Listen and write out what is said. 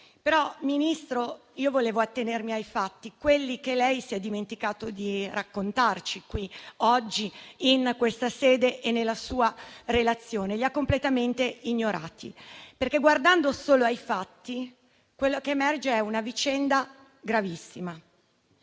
Però, Ministro, io volevo attenermi ai fatti, quelli che lei si è dimenticato di raccontarci oggi in questa sede e nella sua relazione; li ha completamente ignorati, perché guardando solo ai fatti quello che emerge è una vicenda gravissima.